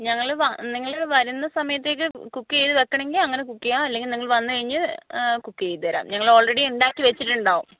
ഞങ്ങൾ വ നിങ്ങൾ വരുന്ന സമയത്തേക്ക് കുക്ക് ചെയ്ത് വെയ്ക്കണമെങ്കിൽ അങ്ങനെ കുക്ക് ചെയ്യാം അല്ലെങ്കിൽ നിങ്ങൾ വന്ന് കഴിഞ്ഞ് കുക്ക് ചെയ്തു തരാം ഞങ്ങൾ ഓൾറെഡി ഉണ്ടാക്കി വെച്ചിട്ടുണ്ടാകും